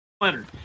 Leonard